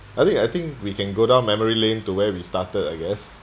I think I think we can go down memory lane to where we started I guess